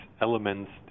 elements